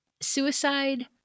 suicide